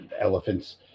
Elephants